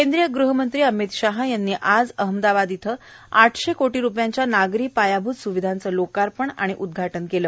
केंद्रीय गृहमंत्री अमीत शहा यांनी आज अहमदाबाद इथं आठशे कोटी रूपयांच्या नागरी पायाभूत सुविधांचं लोकार्पण आणि उदघाटन केलं